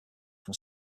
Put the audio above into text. from